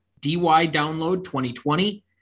DYDownload2020